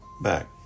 back